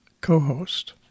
co-host